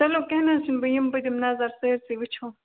چلو کیٚنٛہہ نہَ حظ چھُنہٕ بہِٕ یِمہٕ بہٕ دِمہٕ نظر سٲرسٕے وُچھو